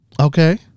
Okay